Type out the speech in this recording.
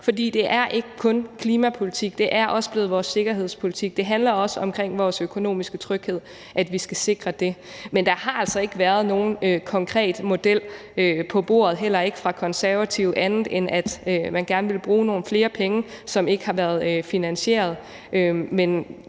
det er ikke kun klimapolitik. Det er også blevet vores sikkerhedspolitik. Det handler også om, at vi skal sikre vores økonomiske tryghed. Men der har altså ikke været nogen konkret model på bordet, heller ikke fra Konservative, andet end at man gerne vil bruge nogle flere penge, og det har ikke været finansieret.